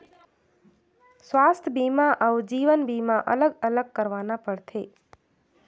स्वास्थ बीमा अउ जीवन बीमा अलग अलग करवाना पड़थे?